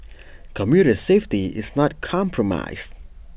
commuter safety is not compromised